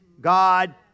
God